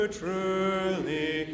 truly